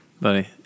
buddy